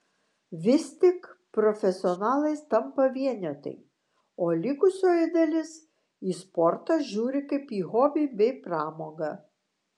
vis tik profesionalais tampa vienetai o likusioji dalis į sportą žiūri kaip į hobį bei pramogą